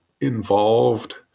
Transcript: involved